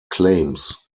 claims